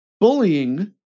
bullying